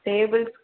tables